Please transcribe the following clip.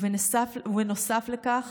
בנוסף לכך